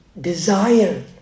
desire